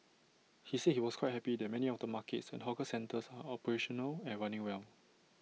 he said he was quite happy that many of the markets and hawker centres are operational and running well